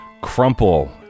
crumple